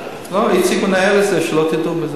לא, איציק מנהל את זה, שלא תטעו.